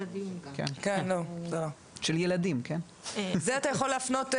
זה אתה יכול להפנות אלינו,